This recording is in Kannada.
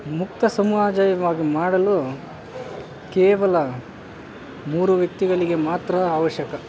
ಮುಕ್ತ ಸಮಾಜವಾಗಿ ಮಾಡಲು ಕೇವಲ ಮೂರು ವ್ಯಕ್ತಿಗಳಿಗೆ ಮಾತ್ರ ಅವಶ್ಯಕ